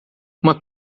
uma